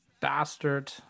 bastard